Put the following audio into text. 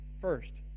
first